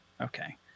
Okay